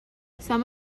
some